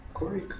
Corey